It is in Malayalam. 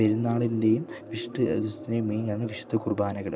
പെരുന്നാളിൻ്റെയും വിശുദ്ധ ക്രിസ്ത്യന് മെയിനാണ് വിശുദ്ധ കുർബാനകൾ